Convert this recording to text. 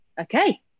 okay